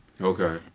Okay